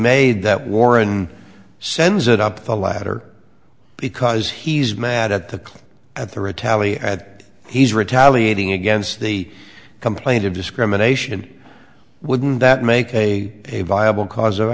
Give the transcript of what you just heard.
made that warren sends it up the latter because he's mad at the clerk at the retaliate at he's retaliating against the complaint of discrimination wouldn't that make a a viable caus